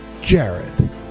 jared